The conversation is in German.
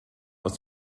aus